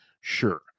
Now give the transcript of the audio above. sure